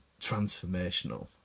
transformational